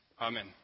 Amen